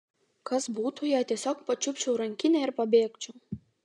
kas būtų jei tiesiog pačiupčiau rankinę ir pabėgčiau